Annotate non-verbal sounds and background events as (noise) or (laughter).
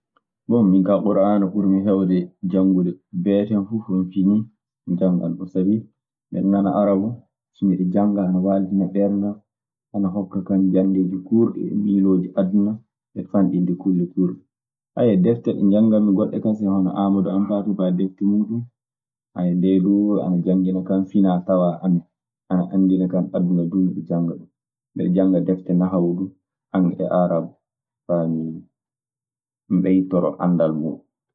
Bon, minkaa Kur'aana ɓurmi heewde janngude. Beetee fuf, so mi fini mi janngan ɗun, sabi miɗe nana aarab, so miɗe jannga ana waaltina ɓernde an, ana hokka kan janŋdeeji kuurɗe e miilooji aduna e fanɗinde kulle kuurɗe. (hesitation) defte ɗe njannganmi gooɗɗe kaseŋ hono Aamadu Hampaate Ba deftee muuɗun. (hesitation) ndee duu ana janngina kan finaatawaa amen, ana anndina kan aduna aduna duu miɗe janngaɗun. Miɗe janngaa defte nahwu duu kañun e aarab faa mi, mi ɓeyditoroo anndal muuɗun.